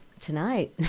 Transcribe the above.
tonight